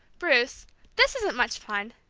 bruce this isn't much fun!